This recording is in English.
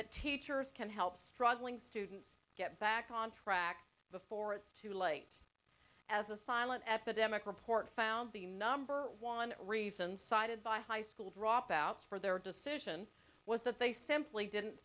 that teachers can help struggling students get back on track before it's too late as a silent epidemic report found the number one reason cited by high school dropouts for their decision was that they simply didn't